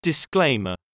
Disclaimer